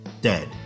dead